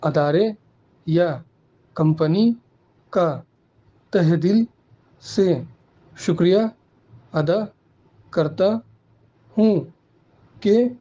ادارے یا کمپنی کا تہ دل سے شکریہ ادا کرتا ہوں کہ